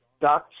ducks